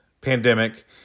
pandemic